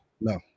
No